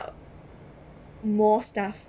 more stuff